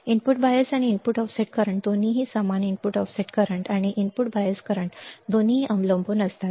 input bias आणि input offset current दोन्ही तापमान इनपुट ऑफसेट करंट आणि इनपुट बायस करंट दोन्ही दोन्ही अवलंबून असतात